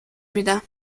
میدم